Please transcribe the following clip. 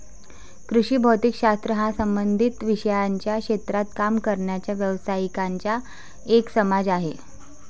कृषी भौतिक शास्त्र हा संबंधित विषयांच्या क्षेत्रात काम करणाऱ्या व्यावसायिकांचा एक समाज आहे